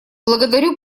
благодарю